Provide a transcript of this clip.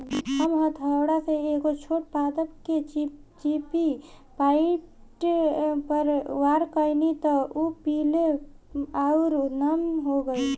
हम हथौड़ा से एगो छोट पादप के चिपचिपी पॉइंट पर वार कैनी त उ पीले आउर नम हो गईल